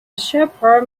shepherd